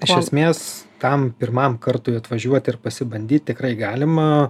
iš esmės tam pirmam kartui atvažiuoti ir pasibandyti tikrai galima